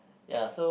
ya so